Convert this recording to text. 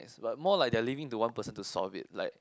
but more like they are leaving to one person to solve it like